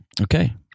Okay